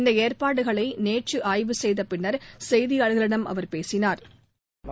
இந்த ஏற்பாடுகளை நேற்று ஆய்வு செய்த பின்னா் செய்தியாளா்களிடம் அவா் பேசினாா்